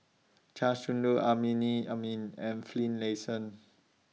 Chia Shi Lu Amrinmi Amin and Finlayson